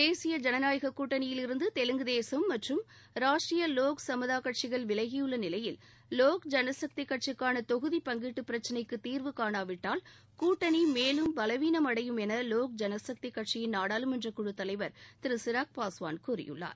தேசிய ஜனநாயக கூட்டணியிலிருந்து தெலுங்கு தேசம் மற்றும் ராஷ்டிரிய லோக் சமதா கட்சிகள் விலகியுள்ள நிலையில் லோக் ஐனசக்தி கட்சிக்கான தொகுதி பங்கீட்டு பிரச்சினைக்கு தீர்வு காணாவிட்டால் கூட்டணி மேலும் பலவீனம் அடையும் என லோக் ஜனசக்தி கட்சியின் நாடாளுமன்ற குழுத்தலைவர் திரு சிராக் பாஸ்வான் கூறியுள்ளார்